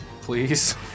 please